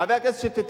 חבר הכנסת שטרית,